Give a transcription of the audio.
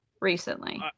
recently